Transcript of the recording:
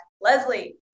Leslie